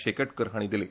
शेकटकर हाणी दिली